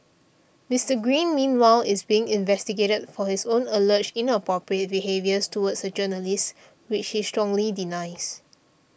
Mister Green meanwhile is being investigated for his own alleged inappropriate behaviour towards a journalist which he strongly denies